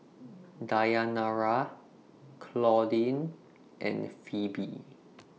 Dayanara Claudine and Phebe